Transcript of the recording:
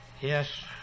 Yes